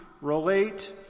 relate